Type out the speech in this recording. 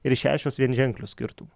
ir šešios vienženkliu skirtumu